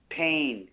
pain